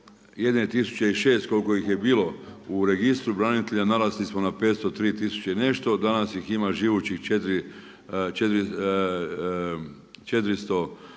šest koliko ih je bilo u registru branitelja narasli smo na 503 tisuće i nešto. Danas ih ima živućih 480